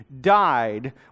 died